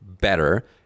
better